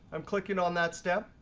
i'm clicking on that step.